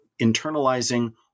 internalizing